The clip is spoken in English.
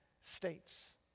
States